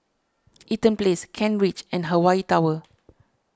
Eaton Place Kent Ridge and Hawaii Tower